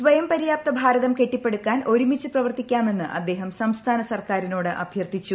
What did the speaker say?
സ്വയം പര്യാപ്ത ഭാരതം കെട്ടിപ്പടുക്കാൻ ഒരുമിച്ച് പ്രവർത്തിക്കാമെന്ന് അദ്ദേഹം സംസ്ഥാന സർക്കാറിനോട് അഭ്യൂർത്ഥിച്ചു